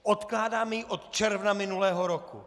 Odkládáme ji od června minulého roku!